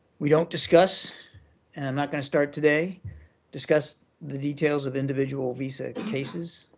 we don't discuss and i'm not going to start today discuss the details of individual visa cases.